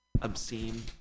obscene